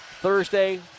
Thursday